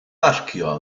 barcio